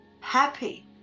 happy